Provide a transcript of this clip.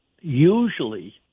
usually